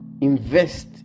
Invest